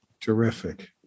Terrific